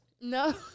No